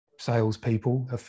salespeople